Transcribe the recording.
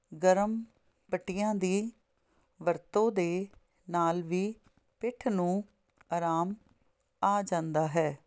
ਗਰਮ ਪੱਟੀਆਂ ਦੀ ਵਰਤੋਂ ਦੇ ਨਾਲ ਵੀ ਪਿੱਠ ਨੂੰ ਆਰਾਮ ਆ ਜਾਂਦਾ ਹੈ